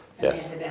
Yes